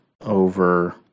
over